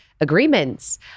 agreements